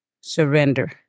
surrender